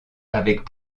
avec